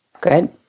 Good